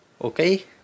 okay